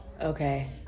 Okay